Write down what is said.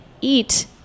eat